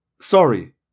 Sorry